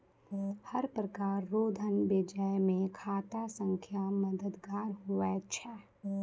हर प्रकार रो धन भेजै मे खाता संख्या मददगार हुवै छै